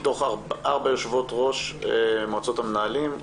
מתוך ארבע יושבות-ראש מועצות המנהלים,